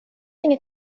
inget